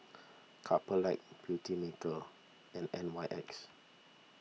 Couple Lab Beautymaker and N Y X